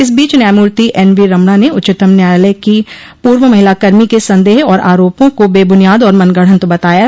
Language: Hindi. इस बीच न्यायमूर्ति एन वी रमणा ने उच्चतम न्यायालय की पूर्व महिला कर्मी के संदेह और आरोपों को बेबुनियाद और मनगढ़ंत बताया है